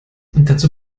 dazu